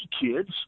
kids